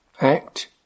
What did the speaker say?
act